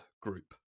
group